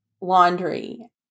laundry